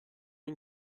une